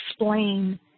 explain